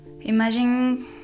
Imagine